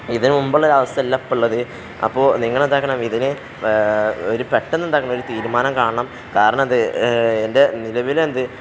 ഇതിന് മുൻപുള്ള ഒരു അവസ്ഥ അല്ല അപ്പോഴത് അപ്പോൾ നിങ്ങൾ എന്താക്കണം ഇതിനെ ഒരു പെട്ടെന്ന് എന്താക്കണം ഒരു തീരുമാനം കാണണം കാരണം അത് എൻ്റെ നിലവിൽ എന്ത്